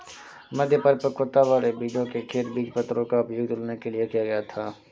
मध्य परिपक्वता वाले बीजों के खेत बीजपत्रों का उपयोग तुलना के लिए किया गया था